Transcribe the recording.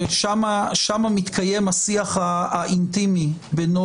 שם מתקיים השיח האינטימי בינו